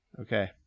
Okay